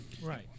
Right